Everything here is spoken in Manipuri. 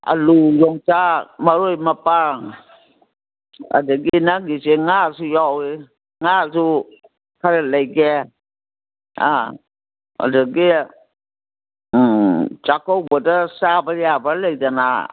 ꯑꯥꯜꯂꯨ ꯌꯣꯡꯆꯥꯛ ꯃꯔꯣꯏ ꯃꯄꯥꯡ ꯑꯗꯒꯤ ꯅꯪꯒꯤꯁꯦ ꯉꯥꯁꯨ ꯌꯥꯎꯏ ꯉꯥꯁꯨ ꯈꯔ ꯂꯩꯒꯦ ꯑꯥ ꯑꯗꯒꯤ ꯆꯥꯛꯀꯧꯕꯗ ꯆꯥꯕ ꯌꯥꯕ ꯂꯩꯗꯅ